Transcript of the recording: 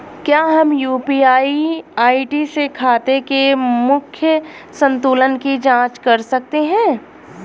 क्या हम UPI ID से खाते के मूख्य संतुलन की जाँच कर सकते हैं?